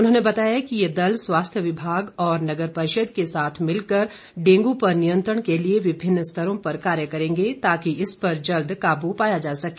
उन्होंने बताया कि ये दल स्वास्थ्य विभाग और नगर परिषद के साथ मिलकर डेंगू पर नियंत्रण के लिए विभिन्न स्तरों पर कार्य करेंगे ताकि इस पर जल्द काबू पाया जा सके